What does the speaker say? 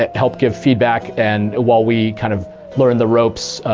ah help give feedback, and while we kind of learn the ropes,